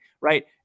right